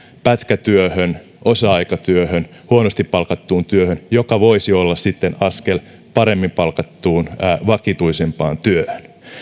pätkätyöhön osa aikatyöhön huonosti palkattuun työhön joka voisi olla sitten askel paremmin palkattuun vakituisempaan työhön